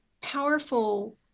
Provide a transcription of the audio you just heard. powerful